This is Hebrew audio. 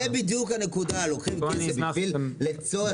זאת בדיוק הנקודה, שלוקחים כסף